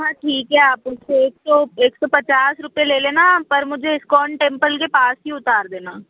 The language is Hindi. हाँ ठीक है आप उससे तो एक सौ एक सौ पचास रुपये ले लेना पर मुझे इस्कॉन टेम्पल के पास ही उतार देना